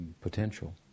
potential